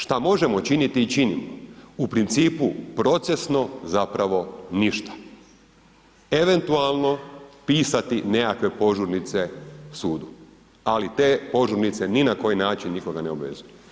Šta možemo činiti i činimo, u principu procesno zapravo ništa, eventualno pisati nekakve požurnice sudu, ali te požurnice ni na koji način nikoga ne obvezuju.